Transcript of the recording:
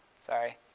Sorry